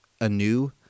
anew